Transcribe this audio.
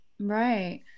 Right